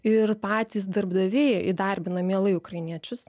ir patys darbdaviai įdarbina mielai ukrainiečius